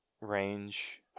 range